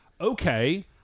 Okay